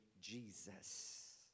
Jesus